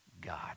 God